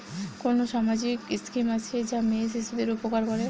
কোন সামাজিক স্কিম আছে যা মেয়ে শিশুদের উপকার করে?